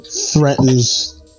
threatens